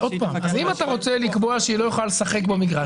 אם אתה רוצה לקבוע שהיא לא יכולה לשחק במגרש,